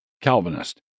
Calvinist